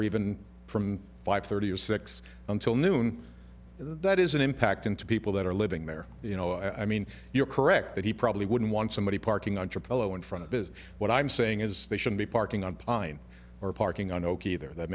or even from five thirty or six until noon that is an impact and to people that are living there you know i mean you're correct that he probably wouldn't want somebody parking entrepreneur in front of is what i'm saying is they should be parking on pine or parking on oki